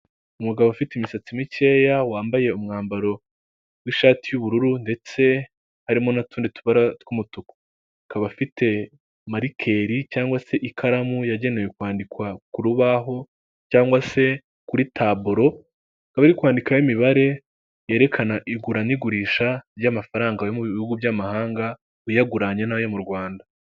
Umugabo ufite imisatsi mikeya, wambaye umwambaro w'ishati y'ubururu ndetse harimo n'utundi tubara tw'umutuku. Akaba afite marikeri cyangwa se ikaramu yagenewe kwandikwa ku rubaho cyangwa se kuri taburo, akaba ari kwandikaho imibare yerekana igura n'igurisha ry'amafaranga yo mu bihugu by'amahanga, uyaguranye n'ayo mu Rwanda.